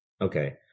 Okay